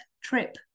trip